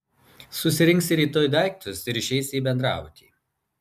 susirinksi rytoj daiktus ir išeisi į bendrabutį